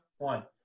One